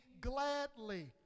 gladly